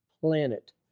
Planet